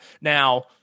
Now